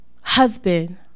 husband